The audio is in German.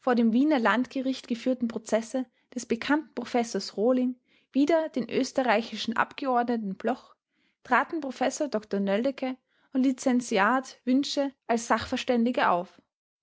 vor dem wiener landgericht geführten prozesse des bekannten professors rohling wider den österreichischen abgeordneten bloch traten professor dr nöldecke und lizentiat wünsche als sachverständige auf